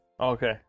Okay